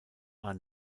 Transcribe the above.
are